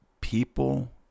people